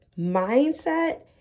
mindset